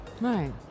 Right